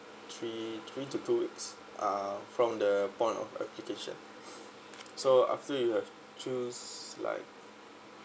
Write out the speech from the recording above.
three three to two weeks uh from the point of application so after you have choose like